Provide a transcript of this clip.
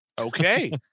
Okay